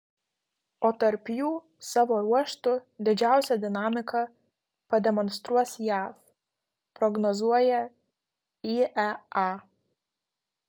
o tarp jų savo ruožtu didžiausią dinamiką pademonstruos jav prognozuoja iea